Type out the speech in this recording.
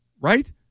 right